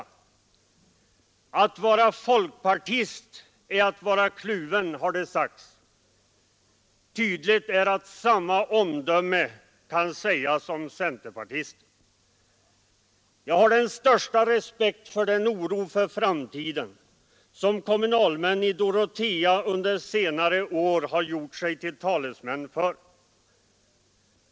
”Att vara folkpartist är att vara kluven”, har det sagts. Tydligt är att samma omdöme kan göras om centerpartister. Jag har största respekt för den oro inför framtiden som kommunalmän i Dorotea under senare år har gjort sig till talesmän för.